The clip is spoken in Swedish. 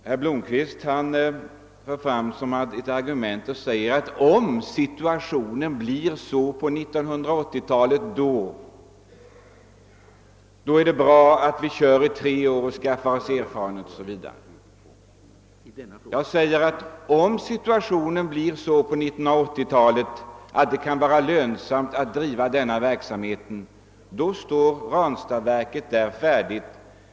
Herr Blomkvist för fram som ett argument att om situationen blir annorlunda på 1980-talet är det bra att utvecklingsarbetet nu bedrivs under en period av tre år, så att vi kan skaffa oss erfarenheter o.s.v. Om situationen blir sådan på 1980-talet, att det kan vara lönsamt att driva denna verksamhet, står Ranstadsverket färdigt.